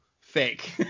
fake